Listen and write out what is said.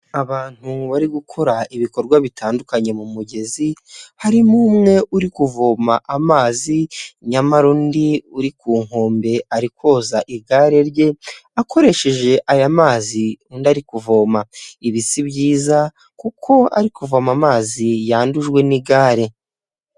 Abantu bari gukora ibikorwa bitandukanye mu mugezi, harimo umwe uri kuvoma amazi, nyamara undi uri ku nkombe ari koza igare rye akoresheje aya mazi undi ari kuvoma, ibi si byiza kuko ari kuvoma amazi yandujwe n'igare.